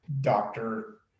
doctor